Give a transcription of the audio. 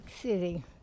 city